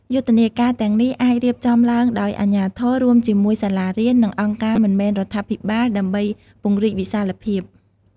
យុទ្ធនាការទាំងនេះអាចរៀបចំឡើងដោយអាជ្ញាធរ រួមជាមួយសាលារៀន និងអង្គការមិនមែនរដ្ឋាភិបាលដើម្បីពង្រីកវិសាលភាព។